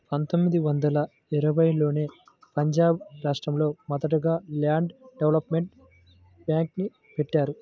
పందొమ్మిది వందల ఇరవైలోనే పంజాబ్ రాష్టంలో మొదటగా ల్యాండ్ డెవలప్మెంట్ బ్యేంక్ని బెట్టారు